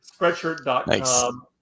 Spreadshirt.com